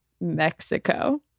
Mexico